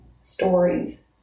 stories